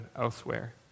elsewhere